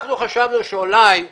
אנחנו חשבנו שאולי מדינה,